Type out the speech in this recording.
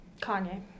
Kanye